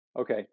Okay